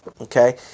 Okay